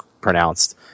pronounced